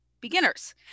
beginners